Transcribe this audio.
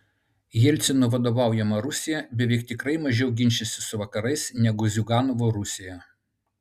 jelcino vadovaujama rusija beveik tikrai mažiau ginčysis su vakarais negu ziuganovo rusija